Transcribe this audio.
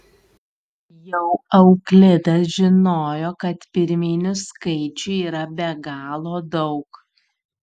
jau euklidas žinojo kad pirminių skaičių yra be galo daug